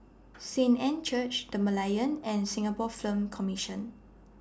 Saint Anne's Church The Merlion and Singapore Film Commission